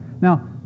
Now